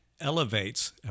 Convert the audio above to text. elevates